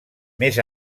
més